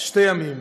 שני ימים: